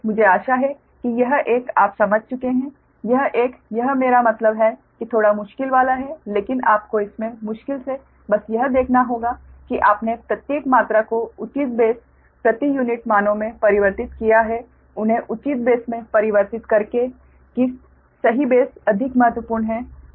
मुझे आशा है कि यह एक आप समझ चुके है यह एक यह मेरा मतलब है कि थोड़ा मुश्किल वाला है लेकिन आपको इसमें मुश्किल से बस यह देखना होगा कि आपने प्रत्येक मात्रा को उचित बेस प्रति यूनिट मानों में परिवर्तित किया है उन्हे उचित बेस मे परिवर्तित करके कि सही बेस अधिक महत्वपूर्ण है